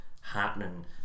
happening